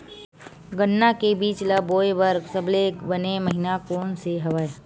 गन्ना के बीज ल बोय बर सबले बने महिना कोन से हवय?